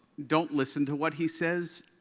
don't listen to what he says,